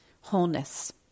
Wholeness